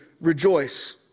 rejoice